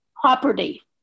property